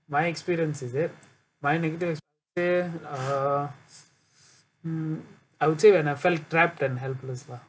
my experience is it my negative experience uh um I would say when I felt trapped and helpless lah